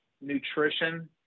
Nutrition